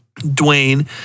Dwayne